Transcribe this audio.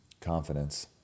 Confidence